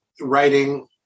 writing